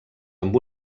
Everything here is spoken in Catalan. amb